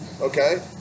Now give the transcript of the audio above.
Okay